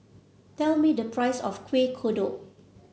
tell me the price of Kueh Kodok